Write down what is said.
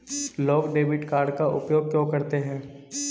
लोग debit card का उपयोग क्यों करते हैं?